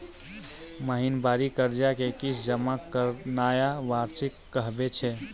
महिनबारी कर्जा के किस्त जमा करनाय वार्षिकी कहाबै छै